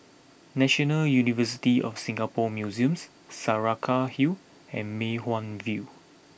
National University of Singapore Museums Saraca Hill and Mei Hwan View